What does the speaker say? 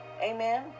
Amen